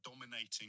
dominating